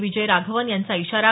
विजय राघवन यांचा इशारा